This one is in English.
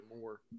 more